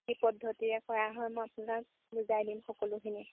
কি পদ্ধতিৰে কৰা হয় মই আপোনাক বুজাই দিম সকলোখিনি